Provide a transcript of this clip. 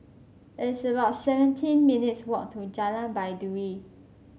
it's about seventeen minutes' walk to Jalan Baiduri